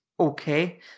okay